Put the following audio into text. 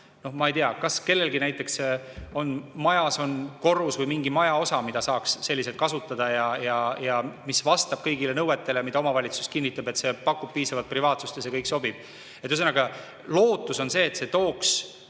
Ma ei tea, kellelgi näiteks on majas korrus või mingi majaosa, mida saaks kasutada ja mis vastab kõigile nõuetele, ning omavalitsus kinnitab, et see pakub piisavalt privaatsust ja see kõik sobib. Ühesõnaga, lootus on see, et see tooks